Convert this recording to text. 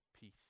peace